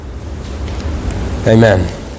Amen